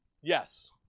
yes